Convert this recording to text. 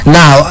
now